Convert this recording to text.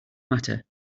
matter